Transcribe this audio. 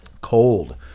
Cold